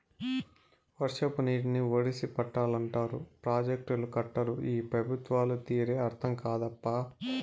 వర్షపు నీటిని ఒడిసి పట్టాలంటారు ప్రాజెక్టులు కట్టరు ఈ పెబుత్వాల తీరే అర్థం కాదప్పా